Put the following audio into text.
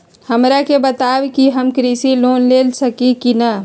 हमरा के बताव कि हम कृषि लोन ले सकेली की न?